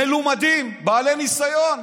מלומדים, בעלי ניסיון.